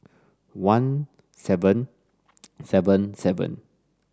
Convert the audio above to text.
one seven seven seven